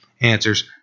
answers